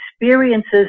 experiences